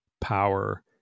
power